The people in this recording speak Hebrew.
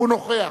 הוא נוכח.